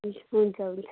हुन्छ हुन्छ